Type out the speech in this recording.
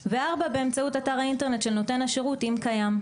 באמצעות אתר האינטרנט של נותן השירות, אם קיים.